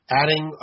adding